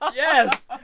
um yes.